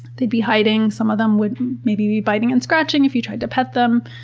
they'd be hiding, some of them would maybe be biting and scratching if you tried to pet them,